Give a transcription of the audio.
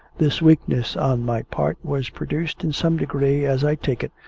this weakness on my part was produced in some degree, as i take it,